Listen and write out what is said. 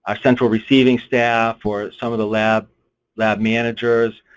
ah central receiving staff or some of the lab lab managers.